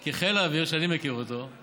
כי חיל האוויר שאני מכיר אותו הוא